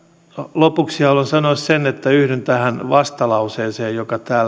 lopuksi haluan sanoa sen että yhdyn tähän vastalauseeseen joka täällä